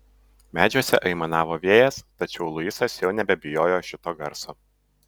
medžiuose aimanavo vėjas tačiau luisas jau nebebijojo šito garso